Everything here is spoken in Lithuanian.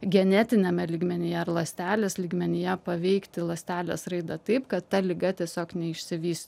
genetiniame lygmenyje ar ląstelės lygmenyje paveikti ląstelės raida taip kad ta liga tiesiog neišsivystytų